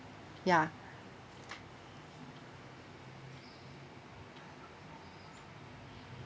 ya